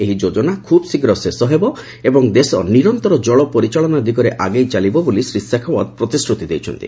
ଏହି ଯୋଜନା ଖୁବ୍ ଶୀଘ୍ର ଶେଷ ହେବ ଏବଂ ଦେଶ ନିରନ୍ତର ଜଳ ପରିଚାଳନା ଦିଗରେ ଆଗେଇ ଚାଲିବ ବୋଲି ଶ୍ରୀ ଶେଖାଓ୍ୱତ ପ୍ରତିଶ୍ରତି ଦେଇଛନ୍ତି